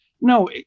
No